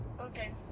Okay